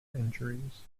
injuries